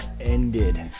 ended